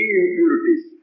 impurities